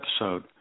episode